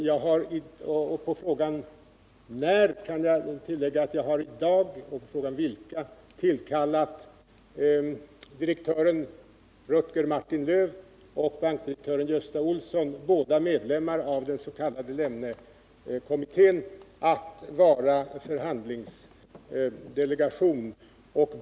Som svar på frågorna när den skall tillsättas och vilka som skall ingå i den kan jag berätta att jag i dag har tillkallat direktören Rutger Martin-Löf och bankdirektören Gösta Olson, båda medlemmar av den s.k. Lemnekommittén, att vara förhandlingsdelegation.